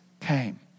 came